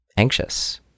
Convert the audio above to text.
Anxious